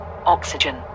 Oxygen